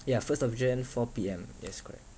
ya first of jan four P_M yes correct